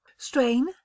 Strain